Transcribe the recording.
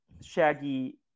Shaggy